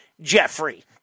Jeffrey